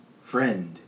friend